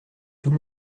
tout